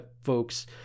folks